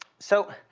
so,